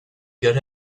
got